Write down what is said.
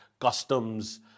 customs